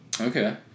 Okay